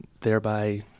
thereby